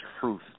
truth